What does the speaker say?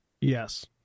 Yes